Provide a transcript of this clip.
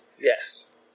yes